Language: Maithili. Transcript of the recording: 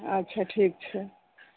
अच्छा ठीक छै